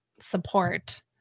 support